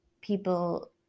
people